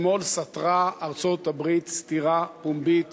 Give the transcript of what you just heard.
אתמול סטרה ארצות-הברית סטירה פומבית